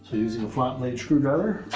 using a flat blade screwdriver,